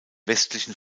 westlichen